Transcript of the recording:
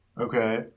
Okay